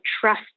trust